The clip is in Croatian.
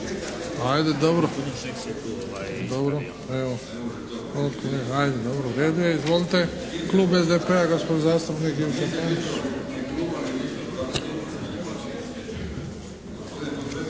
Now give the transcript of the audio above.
Ajde dobro, evo u redu je. Izvolite. Klub SDP-a, gospodin zastupnik